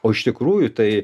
o iš tikrųjų tai